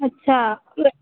अच्छा